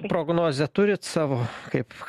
prognozę turit savo kaip